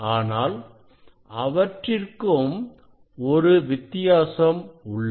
ஆனால் அவற்றிற்கும் ஒரு வித்தியாசம் உள்ளது